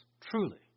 Truly